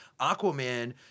Aquaman